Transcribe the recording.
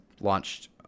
launched